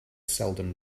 seldom